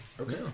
Okay